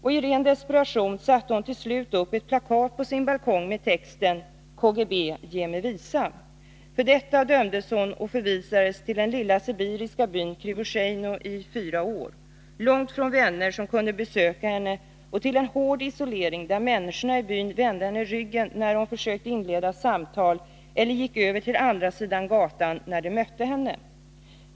I ren desperation satte hon till slut upp ett plakat på sin balkong med texten ”KGB, ge mig visa!” För detta dömdes hon och förvisades till den lilla sibiriska byn Krivosheino i fyra år, långt från vänner som kunde besöka henne och till en hård isolering; människor i byn vände henne ryggen när hon försökte inleda samtal eller gick över till andra sidan av gatan när de mötte henne.